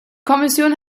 kommission